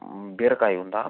బీరకాయి ఉందా